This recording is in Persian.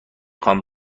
خوام